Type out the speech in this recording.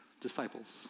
disciples